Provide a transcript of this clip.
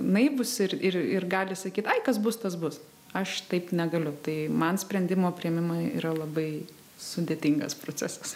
naivūs ir ir gali sakyt ai kas bus tas bus aš taip negaliu tai man sprendimų priėmimai yra labai sudėtingas procesas